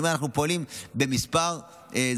אני אומר שאנחנו פועלים במספר זרועות,